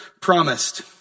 promised